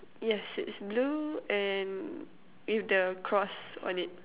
um yes it's blue and with the cross on it